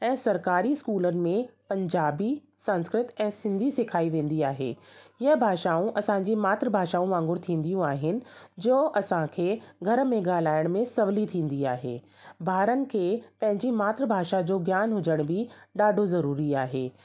ऐं सरकारी स्कूलनि में पंजाबी संस्कृत ऐं सिंधी सेखारी वेंदी आहे य भाषाऊं असांजी मातृ भाषाउनि वाङुर थींदियूं आहिनि जो असांखे घर में ॻाल्हाइण में सवली थींदी आहे ॿारनि खे पंहिंजी मातृ भाषा जो ज्ञान हुजण बि ॾाढो जरूरी आहे